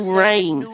rain